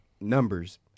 numbers